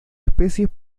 especies